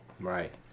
right